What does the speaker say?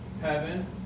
heaven